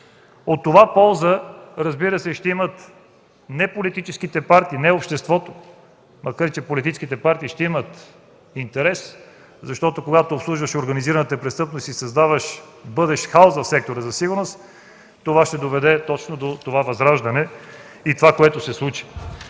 От това полза, разбира се, ще имат не политическите партии, не обществото, макар че политическите партии ще имат интерес, защото когато обслужваш организираната престъпност и създаваш бъдещ хаос в сектора за сигурност, това ще доведе точно до онова възраждане – това, което се случи.